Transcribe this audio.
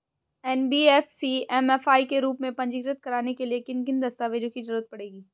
NBFC MFI के रूप में पंजीकृत कराने के लिए किन किन दस्तावेजों की जरूरत पड़ेगी?